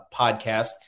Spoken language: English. podcast